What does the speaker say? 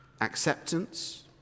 acceptance